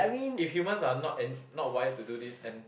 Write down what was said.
if humans are not and not wired to do this and